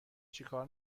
چیکار